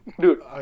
dude